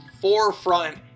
forefront